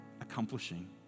accomplishing